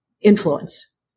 influence